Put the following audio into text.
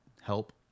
help